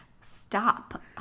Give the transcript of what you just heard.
Stop